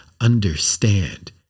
understand